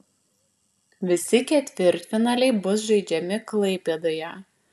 visi ketvirtfinaliai bus žaidžiami klaipėdoje